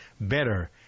better